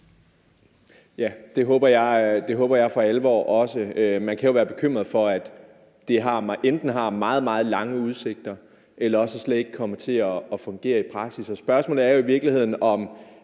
Det håber jeg for alvor også. Man kan jo være bekymret for, at det enten har meget, meget lange udsigter eller også slet ikke kommer til at fungere i praksis. Spørgsmålet er jo i virkeligheden, om